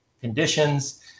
conditions